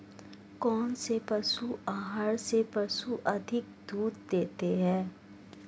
कौनसे पशु आहार से पशु अधिक दूध देते हैं?